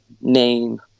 name